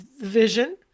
Vision